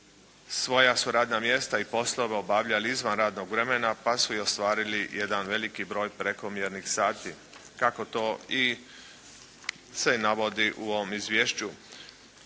svoja su radna mjesta i poslove obavljali izvan radnog vremena pa su i ostvarili jedan veliki broj prekomjernih sati, kako to se i navodi u ovom izvješću.